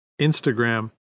Instagram